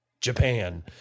Japan